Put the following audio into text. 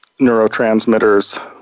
neurotransmitters